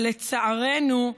לצערנו,